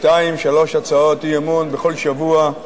שתיים-שלוש הצעות אי-אמון בכל שבוע,